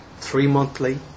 three-monthly